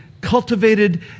cultivated